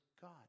God